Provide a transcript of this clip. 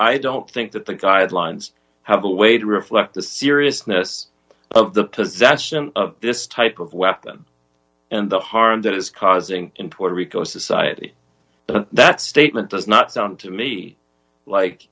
i don't think that the guidelines have a way to reflect the seriousness of the possession of this type of weapon and the harm that is causing in puerto rico society and that statement does not sound to me like